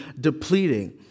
depleting